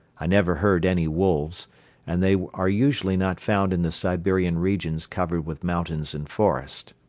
i never heard any wolves and they are usually not found in the siberian regions covered with mountains and forest.